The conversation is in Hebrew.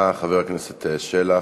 בסיסית כל כך ברורה וכל וכך מובנת לילד שלך,